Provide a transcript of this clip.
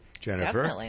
Jennifer